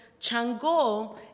Chang'o